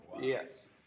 Yes